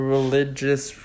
Religious